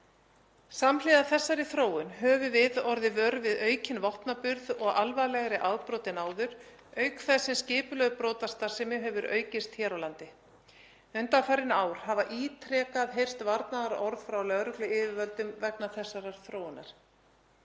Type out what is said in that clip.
Samhliða þessari þróun höfum við orðið vör við aukinn vopnaburð og alvarlegri afbrot en áður auk þess sem skipulögð brotastarfsemi hefur aukist hér á landi. Undanfarin ár hafa ítrekað heyrst varnaðarorð frá lögregluyfirvöldum vegna þessarar þróunar.